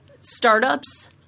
startups